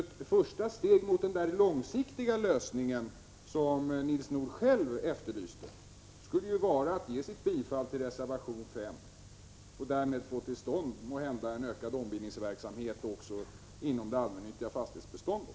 Ett första steg mot den långsiktiga lösning som Nils Nordh själv efterlyste är att bifalla reservation 5. Därmed skulle man måhända få till stånd en ökad ombildningsverksamhet också inom det allmännyttiga fastighetsbeståndet.